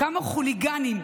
כמה חוליגנים,